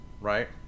right